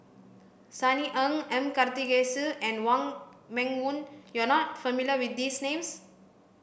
Sunny Ang M Karthigesu and Wong Meng Voon you are not familiar with these names